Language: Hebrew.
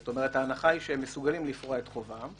זאת אומרת: ההנחה היא שהם מסוגלים לפרוע את חובם,